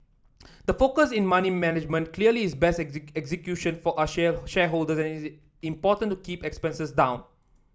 the focus in money management clearly is best execution for our share shareholder it's important to keep expenses down